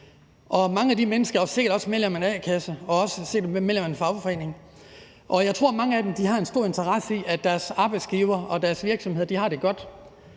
på de arbejdspladser er sikkert også medlem af en a-kasse og en fagforening. Jeg tror, at mange af dem har en stor interesse i, at deres arbejdsgiver og deres virksomhed har det godt.